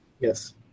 Yes